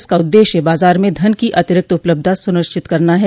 इसका उद्देश्य बाजार में धन की अतिरिक्त उपलब्धता सुनिश्चित करना है